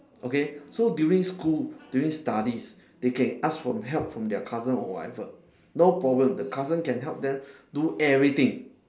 okay so during school during studies they can ask for help from their cousin or whatever no problem the cousin can help them do everything